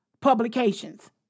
publications